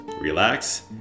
Relax